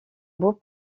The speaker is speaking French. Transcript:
beau